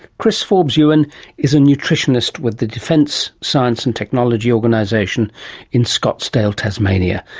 chris forbes-ewan is a nutritionist with the defence science and technology organisation in scottsdale, tasmania.